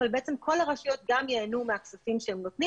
אבל כל הרשויות ייהנו מהכספים שהן נותנות